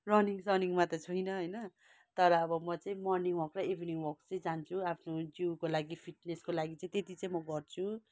running सनिङमा चाहिँ छुइनँ होइन तर अब म चाहिँ मर्निङ वल्क र इभिनिङ वल्क चाहिँ जान्छु आफ्नो जिउको लागि फिटनेसको लागि चाहिँ त्यति चाहिँ म गर्छु